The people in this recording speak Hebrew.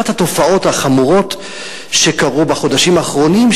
אחת התופעות החמורות שקרו בחודשים האחרונים,